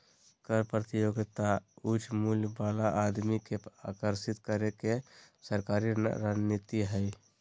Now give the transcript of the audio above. कर प्रतियोगिता उच्च मूल्य वाला आदमी के आकर्षित करे के सरकारी रणनीति हइ